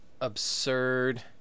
absurd